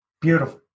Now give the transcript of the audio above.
Beautiful